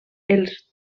els